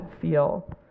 feel